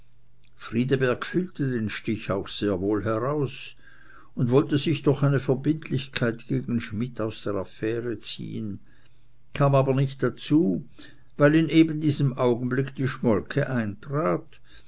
friedeberg fühlte den stich auch sehr wohl heraus und wollte sich durch eine verbindlichkeit gegen schmidt aus der affaire ziehen kam aber nicht dazu weil in eben diesem augenblicke die schmolke eintrat